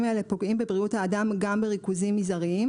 האלה פוגעים בבריאות האדם גם בריכוזים מזעריים,